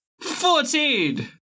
Fourteen